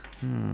hmm